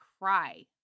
cry